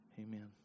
Amen